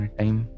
time